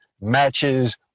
matches